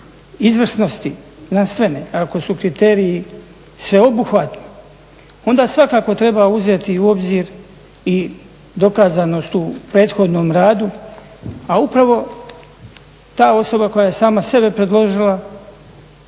izvrsnosti znanstveni, ako su kriteriji sveobuhvatni, onda svakako treba uzeti u obzir i dokazanost u prethodnom radu. A upravo ta osoba koja je sama sebe predložila